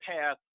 path